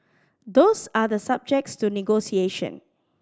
those are the subject to negotiation